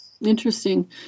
Interesting